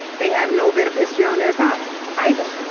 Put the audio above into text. they have no bit of history on their side either,